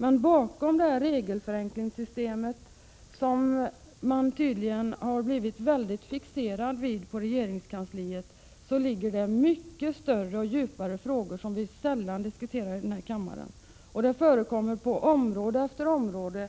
Men bakom detta system, som man inom regeringskansliet tydligen har blivit väldigt fixerad vid, ligger det betydligt större och djupare frågor, som vi sällan diskuterar här i kammaren. På område efter område